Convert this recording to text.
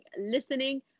listening